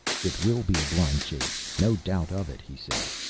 it will be a blind chase, no doubt of it, he said.